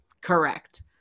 correct